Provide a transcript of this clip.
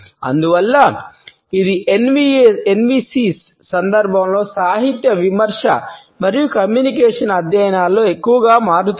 అందువల్ల ఇది ఎన్విసిల సందర్భంలో సాహిత్య విమర్శ మరియు కమ్యూనికేషన్ అధ్యయనాలలో ఎక్కువగా మారుతోంది